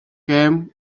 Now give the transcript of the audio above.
came